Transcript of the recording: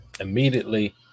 immediately